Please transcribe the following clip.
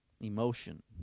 emotion